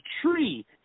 tree